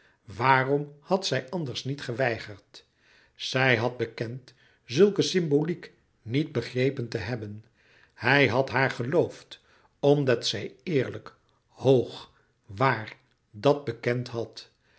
waarom had zij anders niet geweigerd zij had bekend zulke symboliek niet begrepen te hebben hij had haar geloofd omdat zij eerlijk hoog waar dat bekend had